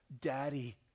daddy